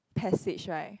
passage right